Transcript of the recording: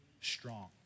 strong